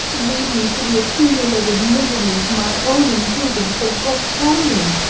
leave me to the accumulated miseries my own imprudence has brought upon me.